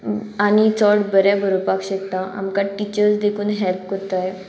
आनी चड बरें बरोवपाक शकता आमकां टिचर्स देखून हेल्प कोत्ताय